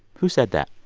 who said that?